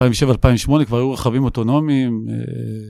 2007-2008, כבר היו רכבים אוטונומיים.